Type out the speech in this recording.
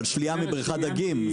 אבל שלייה מבריכת דגים,